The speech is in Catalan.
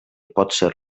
potser